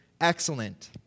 excellent